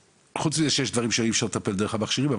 חוץ מזה שיש דברים שאי אפשר לטפל דרך המכשירים,